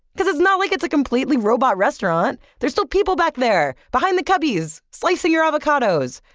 because it's not like it's a completely robot restaurant. there are still people back there, behind the cubbies, slicing your avocados.